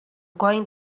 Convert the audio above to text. going